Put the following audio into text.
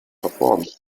verformt